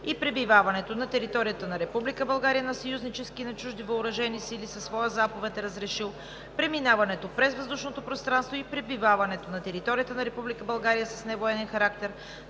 и пребиваването на територията на Република България на съюзнически и на чужди въоръжени сили със своя заповед е разрешил преминаването през въздушното пространство и пребиваването на територията на Република България с невоенен характер